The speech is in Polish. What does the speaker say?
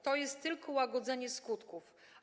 To jest tylko łagodzenie skutków.